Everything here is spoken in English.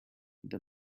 the